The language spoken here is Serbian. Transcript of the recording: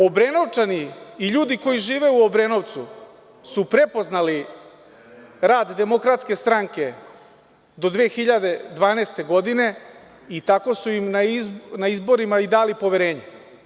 Obrenovčani i ljudi koji žive u Obrenovcu su prepoznali rad DS do 2012. godine i tako su im na izborima dali poverenje.